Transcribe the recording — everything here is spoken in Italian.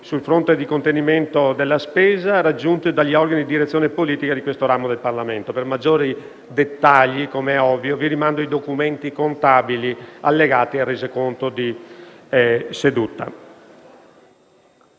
sul fronte di contenimento della spesa, raggiunti dagli organi di direzione politica di questo ramo del Parlamento. Per maggiori dettagli, come è ovvio, vi rimando ai documenti contabili allegati al Resoconto di seduta.